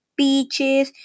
beaches